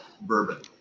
bourbon